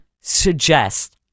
suggest